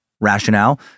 Rationale